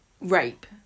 rape